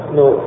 no